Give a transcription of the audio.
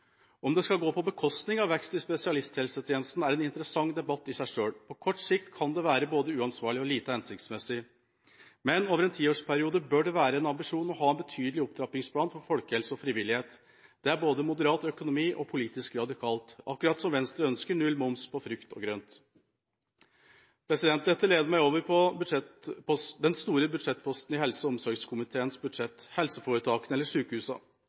Om det skal gå på bekostning av vekst i spesialisthelsetjenesten er en interessent debatt i seg selv. På kort sikt kan det være både uansvarlig og lite hensiktsmessig, men over en tiårsperiode bør det være en ambisjon å ha en betydelig opptrappingsplan for folkehelse og frivillighet. Det er både moderat økonomi og politisk radikalt – akkurat som Venstre ønsker null moms på frukt og grønt. Dette leder meg over på den store budsjettposten i helse- og omsorgskomiteens budsjett. Helseforetakene, eller